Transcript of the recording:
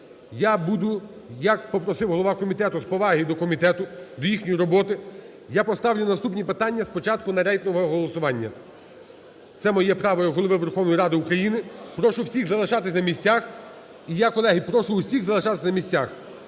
я буду, як попросив голова комітету, з поваги до комітету, до їхньої роботи, я поставлю наступні питання спочатку на рейтингове голосування. Це моє право як Голови Верховної Ради України. Прошу всіх залишатись на місцях. Колеги, прошу всіх залишатись на місцях.